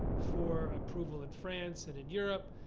for approval in france and in europe.